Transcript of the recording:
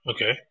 Okay